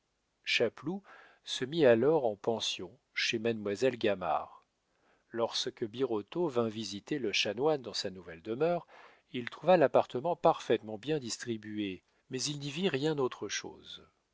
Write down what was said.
chapeloud se mit alors en pension chez mademoiselle gamard lorsque birotteau vint visiter le chanoine dans sa nouvelle demeure il trouva l'appartement parfaitement bien distribué mais il n'y vit rien autre chose